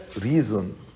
reason